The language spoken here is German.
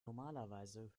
normalerweise